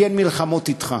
לי אין מלחמות אתך,